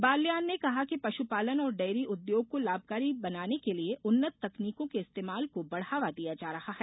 बाल्यान ने कहा कि पशुपालन और डेयरी उद्योग को लाभकारी बनाने के लिए उन्नत तकनीकों के इस्तेमाल को बढ़ावा दिया जा रहा है